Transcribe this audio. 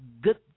good